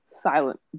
silent